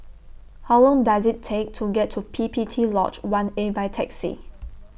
How Long Does IT Take to get to P P T Lodge one A By Taxi